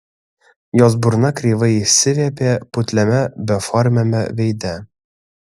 jos burna kreivai išsiviepė putliame beformiame veide